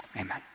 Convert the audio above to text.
Amen